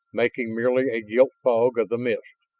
making merely a gilt fog of the mist.